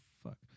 fuck